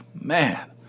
man